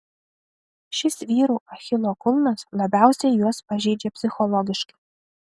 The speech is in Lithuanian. šis vyrų achilo kulnas labiausiai juos pažeidžia psichologiškai